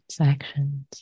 actions